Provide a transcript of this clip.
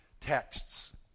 texts